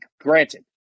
Granted